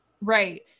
Right